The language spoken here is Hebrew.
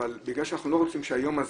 אבל בגלל שאנחנו לא רוצים שהיום הזה,